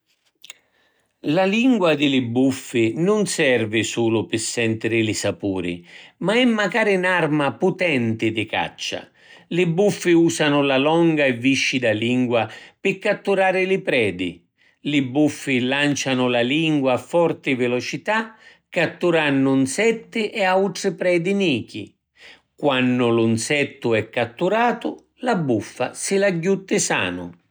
La lingua di li buffi nun servi sulu pi sentiri li sapuri, ma è macari n’arma putenti di caccia. Li buffi usanu la longa e viscida lingua pi catturari li predi. Li buffi lancianu la lingua a forti velocità, catturannu nsetti e autri predi nichi. Quannu lu nsettu è catturatu, la buffa si l’agghiutti sanu.